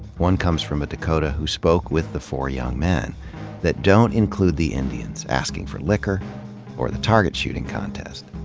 one comes from a dakota who spoke with the four young men that don't include the indians asking for liquor or the target shooting contest.